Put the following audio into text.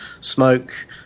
smoke